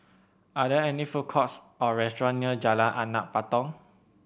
are there any food courts or restaurants near Jalan Anak Patong